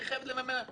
היא חייבת לממן.